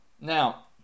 now